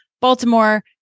Baltimore